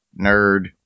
nerd